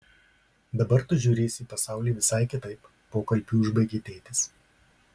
dabar tu žiūrėsi į pasaulį visai kitaip pokalbį užbaigė tėtis